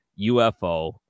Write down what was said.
UFO